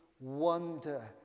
wonder